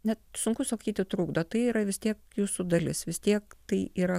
net sunku sakyti trukdo tai yra vis tiek jūsų dalis vis tiek tai yra